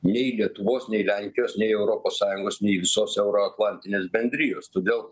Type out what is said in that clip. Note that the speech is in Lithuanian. nei lietuvos nei lenkijos nei europos sąjungos nei visos euroatlantinės bendrijos todėl